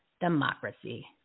Democracy